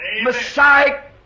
Messiah